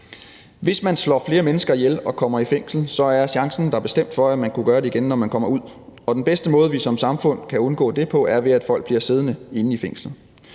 Hvis man slår flere mennesker ihjel og kommer i fængsel, er chancen for, at man kunne gøre det igen, når man kommer ud, der bestemt, og den bedste måde, vi som samfund kan undgå det på, er, ved at folk bliver siddende inde i fængslet.